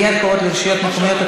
גביית חובות לרשויות מקומיות),